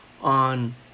on